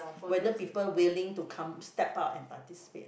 whether people willing to come step out and participate lah